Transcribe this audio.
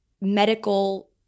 medical